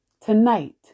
Tonight